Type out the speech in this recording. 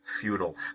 futile